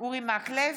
אורי מקלב,